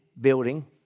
building